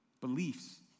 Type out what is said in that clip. beliefs